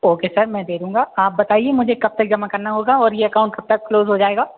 okay sir में दे दूँगा आप बताइए मुझे कब तक जमा करना होगा और यह अकाउंट कब तक क्लोज़ हो जाएगा